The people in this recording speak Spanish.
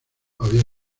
había